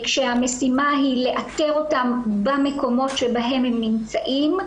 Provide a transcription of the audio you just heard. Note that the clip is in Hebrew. כשהמשימה היא לאתר אותם במקומות שבהם הם נמצאים,